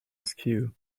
askew